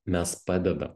mes padedam